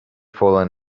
fallen